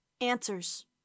Answers